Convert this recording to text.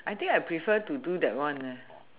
I think I prefer to do that one leh